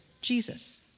Jesus